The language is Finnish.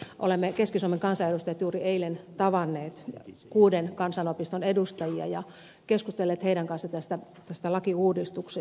olemme keski suomen kansanedustajat juuri eilen tavanneet kuuden kansanopiston edustajia ja keskustelleet heidän kanssaan tästä lakiuudistuksesta